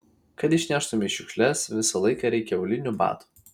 kad išneštumei šiukšles visą laiką reikia aulinių batų